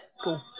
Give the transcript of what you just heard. Cool